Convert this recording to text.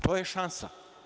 To je šansa.